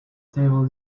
table